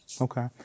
Okay